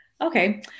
Okay